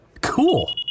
Cool